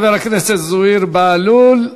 תודה לחבר הכנסת זוהיר בהלול.